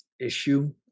issue